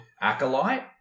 Acolyte